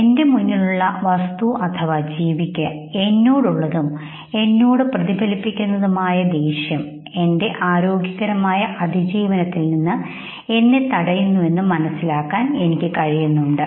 എന്റെ മുന്നിലുള്ള വസ്തുജീവിക്ക് എന്നോടുള്ളതും എന്നോട് പ്രതിഫലിപ്പിക്കുന്നതുമായ ദേഷ്യം എന്റെ ആരോഗ്യകരമായ അതിജീവനത്തിൽ നിന്ന് എന്നെ തടയുന്നുവെന്ന് മനിസ്സിലാക്കാൻ എനിക്ക് കഴിയുന്നുണ്ട്